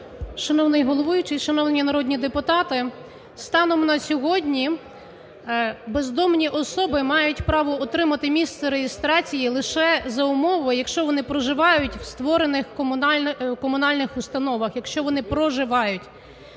Шановний головуючий! Шановні народні депутати! Станом на сьогодні бездомні особи мають право отримати місце реєстрації лише за умови, якщо вони проживають в створених комунальних установах. Якщо вони проживають.